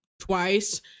twice